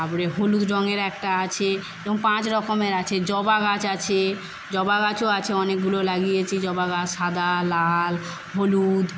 আবরে হলুদ রঙ্গের একটা আছে এবং পাঁচ রকমের আছে জবা গাছ আছে জবা গাছও আছে অনেকগুলো লাগিয়েছি জবা গাছ সাদা লাল হলুদ